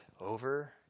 over